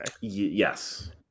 Yes